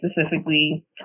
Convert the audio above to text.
specifically